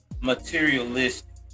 materialistic